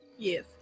Yes